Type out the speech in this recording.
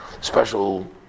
special